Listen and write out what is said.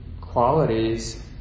qualities